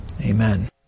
Amen